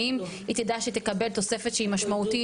האם היא תדע שתקבל תוספת שהיא משמעותית